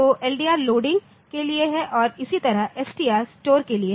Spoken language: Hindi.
तो LDR लोडिंग के लिए है और इसी तरह एसटीआर स्टोर के लिए है